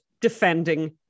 defending